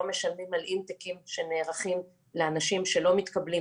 לא משלמות על אינטייקים שנערכים לאנשים שלא מתקבלים,